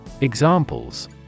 Examples